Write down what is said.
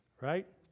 right